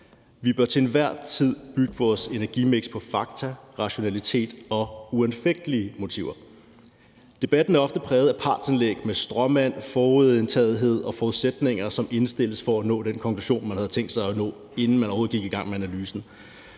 Vi bør til enhver tid bygge vores energimiks på fakta, rationalitet og uanfægtelige motiver. Debatten er ofte præget af partsindlæg med stråmand, forudindtagethed og forudsætninger, som indstilles for at nå den konklusion, man havde tænkt sig at nå, inden man overhovedet gik i gang med analysen.